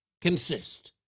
consist